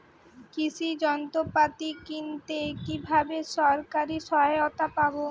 কৃষি যন্ত্রপাতি কিনতে কিভাবে সরকারী সহায়তা পাব?